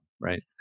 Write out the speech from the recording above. right